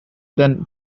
then